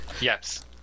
Yes